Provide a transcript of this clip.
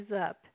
up